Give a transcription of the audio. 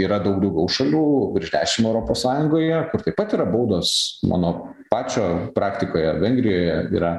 yra daug daugiau šalių virš dešim europos sąjungoje kur taip pat yra baudos mano pačio praktikoje vengrijoje yra